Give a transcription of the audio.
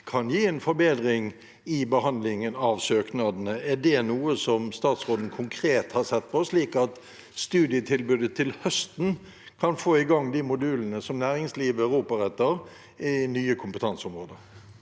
kan gi en forbedring i behandlingen av søknadene. Er det noe som statsråden konkret har sett på, slik at studietilbudet til høsten kan få i gang de modulene som næringslivet roper etter på nye kompetanseområder?